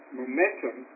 momentum